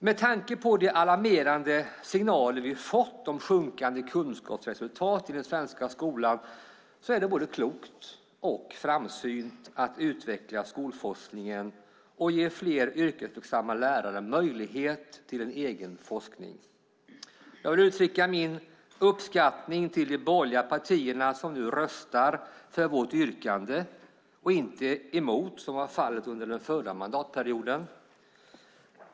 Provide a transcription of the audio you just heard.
Med tanke på de alarmerande signaler vi fått om sjunkande kunskapsresultat i den svenska skolan är det både klokt och framsynt att utveckla skolforskningen och ge fler yrkesverksamma lärare möjlighet till egen forskning. Jag vill uttrycka min uppskattning till de borgerliga partierna som nu röstar för vårt yrkande och inte emot som var fallet under den förra mandatperioden.